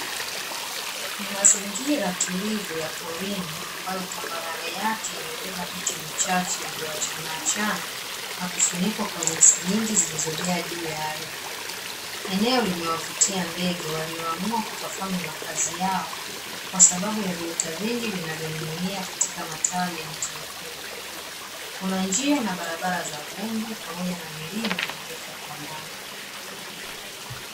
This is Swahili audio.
Ni mazingira tulivu ya porini ambayo tambarare yake imebeba miti michache iliyoachana achana na kufunikwa kwa nyasi nyingi zilizojaa juu ya ardhi. Eneo limewavutia ndege walioamua kupafanya makazi yao, kwasababu ya viota vingi vinavyoning'inia katika matawi ya mti mkubwa. Kuna njia na barabara za vumbi pamoja na milima iliyopo kwa mbali.